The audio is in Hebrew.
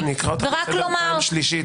אני אקרא אותך לסדר פעם שלישית.